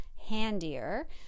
handier